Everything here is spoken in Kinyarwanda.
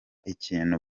ikintu